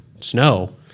snow